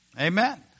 Amen